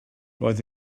roedd